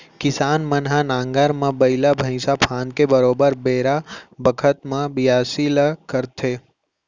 किसान मन ह नांगर म बइला भईंसा फांद के बरोबर बेरा बखत म बियासी ल करथे